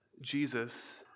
Jesus